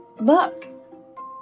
Look